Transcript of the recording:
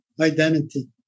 identity